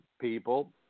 people